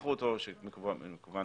שיאבטחו אותו, כמובן